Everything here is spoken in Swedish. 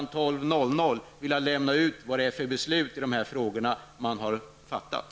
12.00 har han inte talat om vad det är för beslut som har fattats i dessa frågor.